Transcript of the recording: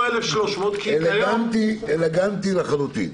אלגנטי לחלוטין.